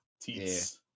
teeth